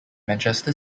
manchester